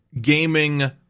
gaming